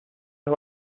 los